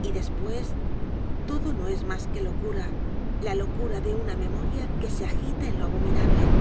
y después todo no es más que locura la locura de una memoria que se agita en lo abominable